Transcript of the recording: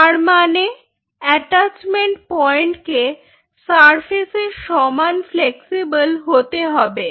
তারমানে attachment point কে surface এর সমান ফ্লেক্সিবল হতে হবে